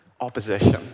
Opposition